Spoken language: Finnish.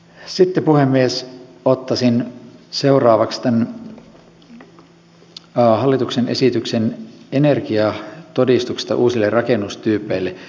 sitten puhemies ottaisin seuraavaksi tämän hallituksen esityksen energiatodistuksista uusille rakennustyypeille